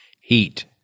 heat